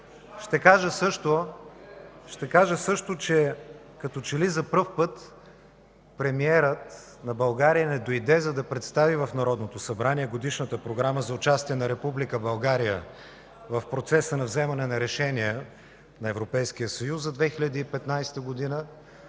Ще кажа също, че като че ли за пръв път премиерът на България не дойде, за да представи в Народното събрание Годишната програма за участие на Република България в процеса на вземане на решения на Европейския